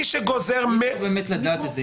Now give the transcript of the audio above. הוא צריך לדעת את זה.